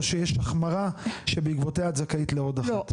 או שיש החמרה שבעקבותיה את זכאית לעוד אחת?